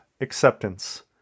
acceptance